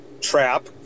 trap